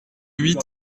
huit